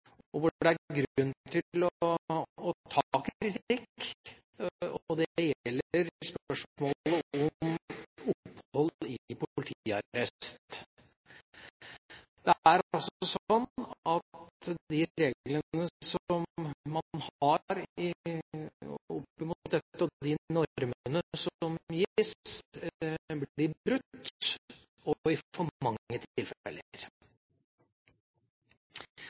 og hvor det er grunn til å ta kritikk. Det gjelder spørsmålet om opphold i politiarrest. De reglene man har for dette, og de normene som gis, blir brutt, og i for mange tilfeller. Det er slik som innstillingen peker på – og det tar vi til oss – at det i